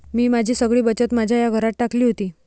मी माझी सगळी बचत माझ्या या घरात टाकली होती